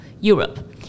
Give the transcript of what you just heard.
Europe